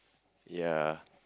ya